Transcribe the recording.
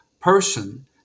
person